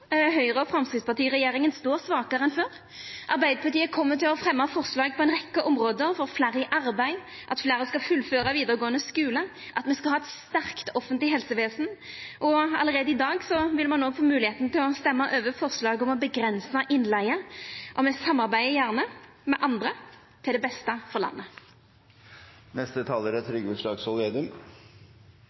står svakare enn før. Arbeidarpartiet kjem til å fremja forslag på ei rekkje område – for å få fleire i arbeid, for at fleire skal fullføra vidaregåande skule, og for at me skal ha eit sterkt offentleg helsestell. Allereie i dag vil ein få moglegheit til å stemma over forslag om å avgrensa innleige. Me samarbeider gjerne med andre til det beste for